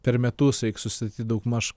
per metus reik susistatyt daugmaž